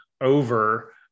over